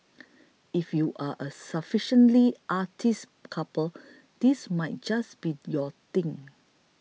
if you are a sufficiently artsy couple this might just be your thing